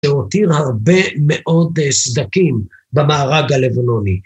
זה הותיר הרבה מאוד סדקים במארג הלבנוני.